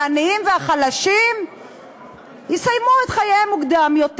שהעניים והחלשים יסיימו את חייהם מוקדם יותר,